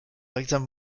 exemple